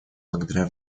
благодаря